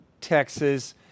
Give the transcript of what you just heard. Texas